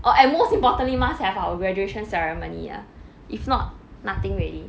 or at most importantly must have our graduation ceremony ah if not nothing already